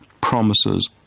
promises